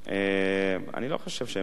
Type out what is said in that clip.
אני לא חושב שהם למדו.